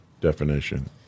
definition